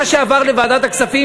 מה שעבר לוועדת הכספים,